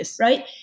right